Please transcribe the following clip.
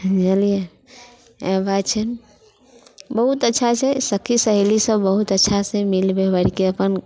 बुझअलियै इएह बात छनि बहुत अच्छा छै सखी सहेली सभ बहुत अच्छा से मिल व्यवहारके अपन